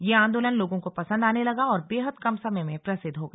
यह आंदोलन लोगों को पसंद आने लगा और बेहद कम समय में प्रसिद्ध हो गया